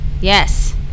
Yes